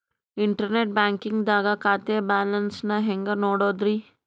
Internet banking ದಾಗ ಖಾತೆಯ balance ನ ಹೆಂಗ್ ನೋಡುದ್ರಿ?